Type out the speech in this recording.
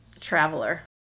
traveler